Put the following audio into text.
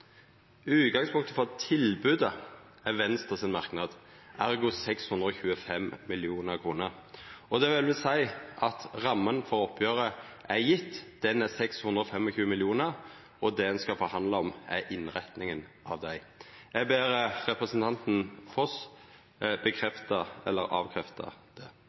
utgangspunktet for tilbodet er Venstres merknad! Ergo er det 625 mill. kr. Det vil vel seia at ramma for oppgjeret er gjeve – den er 625 mill. kr, og det ein skal forhandla om, er innretninga av dei. Eg ber representanten Foss bekrefta eller avkrefta det.